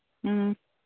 ꯎꯝ